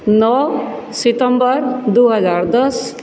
नओ सितंबर दू हजार दश